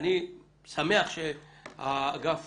אני שמח שהאגף